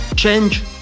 change